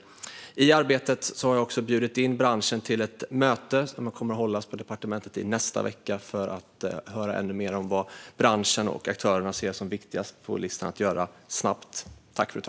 I arbetet har jag också bjudit in branschen till ett möte som kommer att hållas på departementet i nästa vecka för att höra ännu mer om vad på listan som branschen och aktörerna ser som viktigast att göra snabbt.